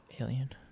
Alien